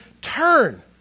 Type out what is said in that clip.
turn